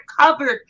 covered